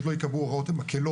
כשתקשיבי גם לחוות הדעת הכלכלית,